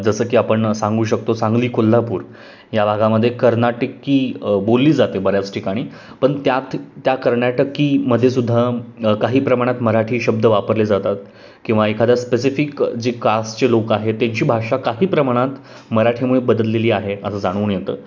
जसं की आपण सांगू शकतो सांगली कोल्हापूर या भागामध्ये कर्नाटकी बोलली जाते बऱ्याच ठिकाणी पण त्यात त्या कर्नाटकीमध्ये सुद्धा काही प्रमाणात मराठी शब्द वापरले जातात किंवा एखादा स्पेसिफिक जे कास्टचे लोक आहेत त्यांची भाषा काही प्रमाणात मराठीमुळे बदललेली आहे आता जाणून येतं